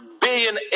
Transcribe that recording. billion